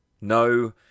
no